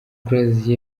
close